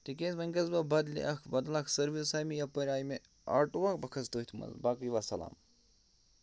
تِکیٛازِ وۄنۍ گَژھٕ بہٕ بَدلہِ اکھ بَدل اکھ سٔروِس آے مےٚ یَپٲرۍ آے مےٚ آٹوٗا بہٕ کھَسہٕ تٔتھۍ منٛز باقٕے وَسَلام